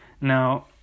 Now